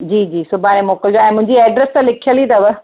जी जी सुभाणे मोकिलिजो ऐं मुंहिंजी एड्रेस त लिखियल ई अथव